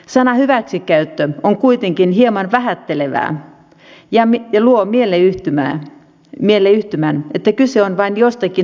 sana hyväksikäyttö on kuitenkin hieman vähättelevä ja luo mielleyhtymän että kyse on vain jostakin taputtelusta